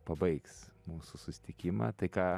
pabaigs mūsų susitikimą tai ką